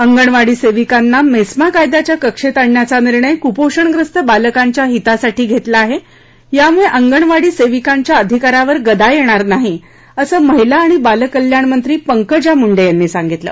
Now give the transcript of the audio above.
अंगणवाडी सेविकांना मेस्मा कायद्याच्या कक्षेत आणण्याचा निर्णय कुपोषणग्रस्त बालकांच्या हितासाठी घेतला आहे यामुळे अंगणवाडी सेविकांच्या अधिकारावर गदा येणार नाही असं महिला आणि बालकल्याण मंत्री पंकजा मुंडे यांनी सांगितलं